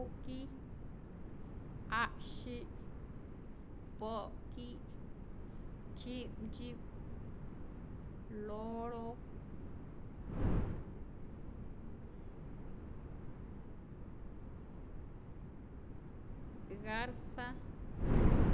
Äki, a'ksyi', po'ki', tzyi'mtzyi'p, loro, garza.